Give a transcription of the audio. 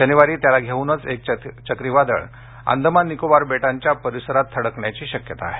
शनिवारी त्याला घेऊनच एक चक्रीवादळ अंदमान निकोबार बेटांच्या परिसरात थडकण्याची शक्यता आहे